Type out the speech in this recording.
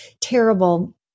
terrible